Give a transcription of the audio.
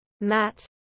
Matt